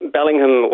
Bellingham